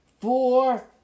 four